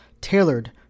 tailored